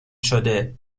شده